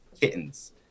kittens